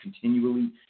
continually